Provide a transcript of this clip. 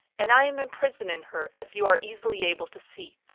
and i am imprisoned in her, as you are easily able to see.